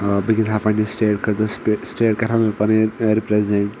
بہٕ گِنٛدہا پننہِ سٹیٹ خٲطرٕسٹیٹ کرٕہا بہٕ پنٕنۍ رِپرٛیزنٹ